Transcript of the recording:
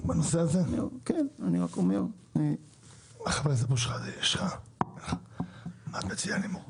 חבר הכנסת אבו שחאדה יש לך עמדה בעניין הזה?